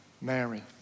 Mary